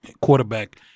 quarterback